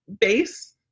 base